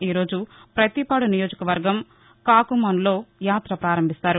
ఈరోజు పత్తిపాడు నియోజకవర్గం కాకుమానులో యాత ప్రారంభిస్తారు